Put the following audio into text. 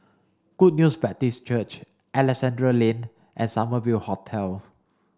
Good News Baptist Church Alexandra Lane and Summer View Hotel